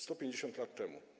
150 lat temu.